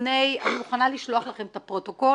לפני אני מוכנה לשלוח לכם את הפרוטוקול,